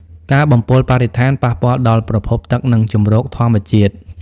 ការបំពុលបរិស្ថាន ប៉ះពាល់ដល់ប្រភពទឹក និងជម្រកធម្មជាតិ។